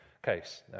case